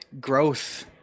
growth